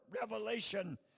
revelation